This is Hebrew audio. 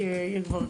כי היא כבר,